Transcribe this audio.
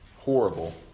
horrible